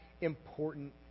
important